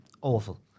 awful